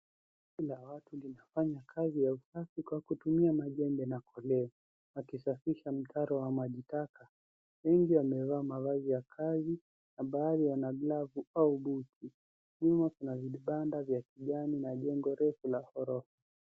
Kundi la watu likifanya kazi ya usafi kwa kutumia jembe na foleni wakisafisha mitaro ya majitaka. Wengi wamevaa mavazi ya kazi ambayo yana glovu au buti. Nyuma kuna vibanda vya kijani na jengo refu la ghorofa.